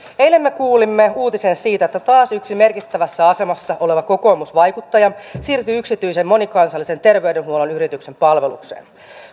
eilen me kuulimme uutisen siitä että taas yksi merkittävässä asemassa oleva kokoomusvaikuttaja siirtyy yksityisen monikansallisen terveydenhuollon yrityksen palvelukseen